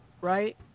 right